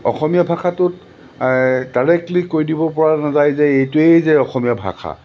অসমীয়া ভাষাটোত ডাইৰেক্টলি কৈ দিব পৰা নাযায় যে এইটোৱেই যে অসমীয়া ভাষা